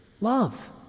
love